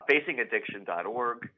facingaddiction.org